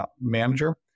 manager